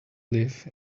live